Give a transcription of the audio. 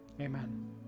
Amen